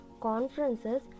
conferences